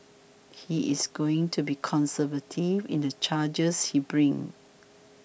he is going to be conservative in the charges he brings